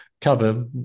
cover